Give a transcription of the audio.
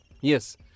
Yes